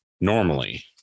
normally